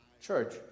Church